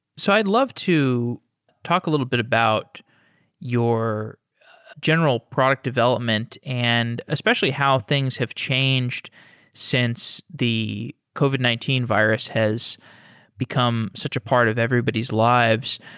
so i'd love to talk a little bit about your general product development and especially how things have changed since the covid nineteen virus has become such a part of everybody's lives.